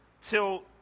till